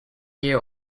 year